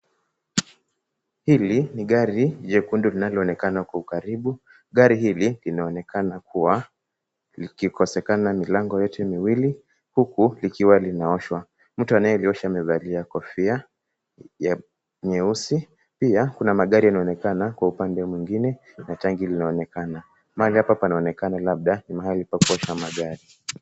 Hili ni gari jekundu linaloonekana kwa ukaribu. Gari hili linaonekana kuwa likikosekana milango yote miwili, huku likiwa linaoshwa. Mtu anayeliosha amevalia kofia ya nyeusi. Pia kuna magari yanayoonekana kwa upande mwingine, na tanki linaonekana. Mahali hapa panaonekana labda ni mahali pa kuosha magari.